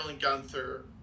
Gunther